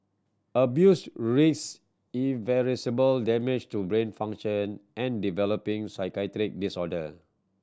abuse risk irreversible damage to brain function and developing psychiatric disorder